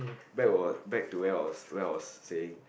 back was back to where I was where I was saying